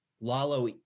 Lalo